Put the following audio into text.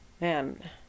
Man